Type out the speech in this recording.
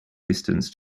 distance